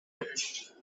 ridge